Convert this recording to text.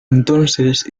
entonces